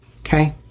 Okay